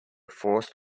forced